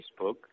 Facebook